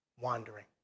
wandering